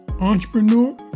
Entrepreneur